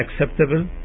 acceptable